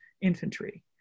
infantry